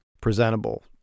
presentable